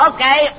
Okay